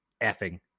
effing